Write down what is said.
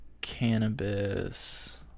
cannabis